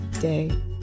day